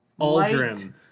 Aldrin